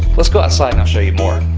let's go outside and i'll show you more.